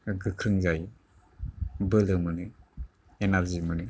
गोख्रों जायो बोलो मोनो इनारजि मोनो